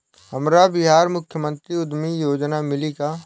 हमरा बिहार मुख्यमंत्री उद्यमी योजना मिली का?